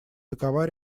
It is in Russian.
такова